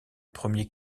premier